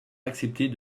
accepter